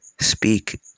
speak